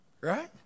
right